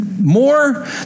More